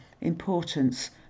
importance